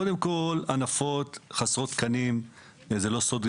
קודם כול, הנפות חסרות תקנים וזה לא סודר.